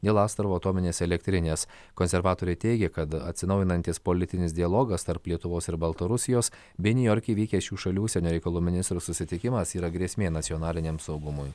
dėl astravo atominės elektrinės konservatoriai teigė kad atsinaujinantis politinis dialogas tarp lietuvos ir baltarusijos bei niujorke įvykęs šių šalių užsienio reikalų ministrų susitikimas yra grėsmė nacionaliniam saugumui